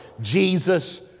Jesus